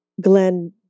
Glenn